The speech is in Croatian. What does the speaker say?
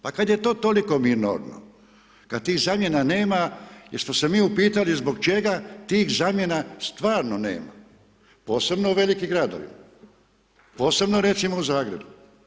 Pa kada je to toliko minorno, kada tih zamjena nema jer smo se mi upitali zbog čega tih zamjena stvarno nema posebno u velikim gradovima, posebno recimo u Zagrebu.